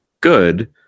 good